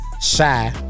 Shy